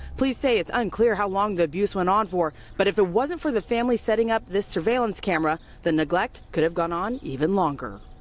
police say it's unclear how long the abuse went on for, but if it wasn't for the family setting up this surveillance camera, the neglect could have gone on even longer.